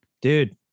Dude